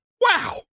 Wow